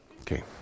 Okay